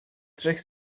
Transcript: trzech